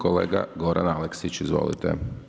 Kolega Goran Aleksić, izvolite.